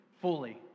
Fully